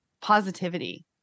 positivity